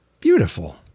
beautiful